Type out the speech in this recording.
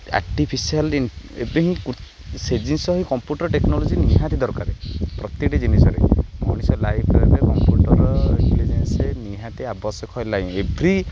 artificial ଏ ହିଁ ସେ ଜିନଷ ହିଁ କମ୍ପ୍ୟୁଟର ଟେକ୍ନୋଲୋଜି ନିହାତି ଦରକାର ପ୍ରତିଟି ଜିନିଷରେ ମଣିଷ ଲାଇଫରେ କମ୍ପ୍ୟୁଟର ଇଣ୍ଟେଲିଜେନ୍ସ ନିହାତି ଆବଶ୍ୟକ ହେଲାଣି ଏଭ୍ରି